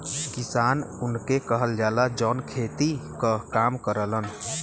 किसान उनके कहल जाला, जौन खेती क काम करलन